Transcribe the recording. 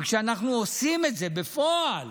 וכשאנחנו עושים את זה בפועל,